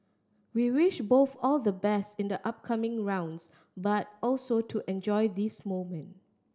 we wish both all the best in the upcoming rounds but also to enjoy this moment